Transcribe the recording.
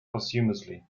posthumously